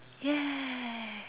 ya